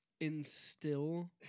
instill